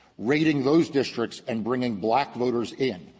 raiding those districts and bringing black voters in,